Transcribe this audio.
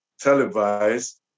televised